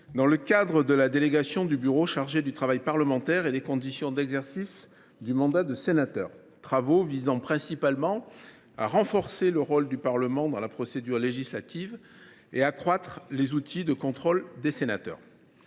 dans le cadre de la délégation du Bureau chargée du travail parlementaire et des conditions d’exercice du mandat de sénateur. Ces travaux visent principalement à renforcer le rôle du Parlement dans la procédure législative et à accroître les outils de contrôle des sénateurs.